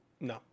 no